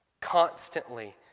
constantly